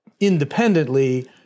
independently